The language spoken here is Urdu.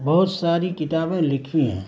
بہت ساری کتابیں لکھی ہیں